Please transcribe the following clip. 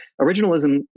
originalism